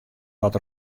dat